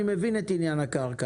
אני מבין את ענין הקרקע.